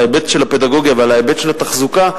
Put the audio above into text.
על ההיבט של הפדגוגיה ועל ההיבט של התחזוקה,